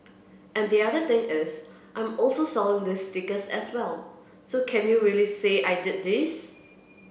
and the other thing is I'm also selling these stickers as well so can you really say I did these